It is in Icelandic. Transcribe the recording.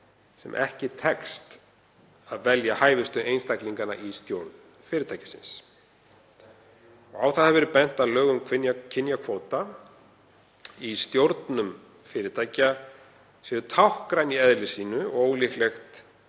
sem ekki tekst að velja hæfustu einstaklingana í stjórn fyrirtækisins. Á það hefur verið bent að lög um kynjakvóta í stjórnum fyrirtækja séu táknræn í eðli sínu og ólíkleg